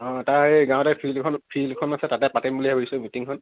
অঁ তাৰ এই গাঁৱতে ফিল্ডকেইখন ফিল্ডখন আছে তাতে পাতিম বুলি ভাবিছো মিটিংখন